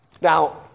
Now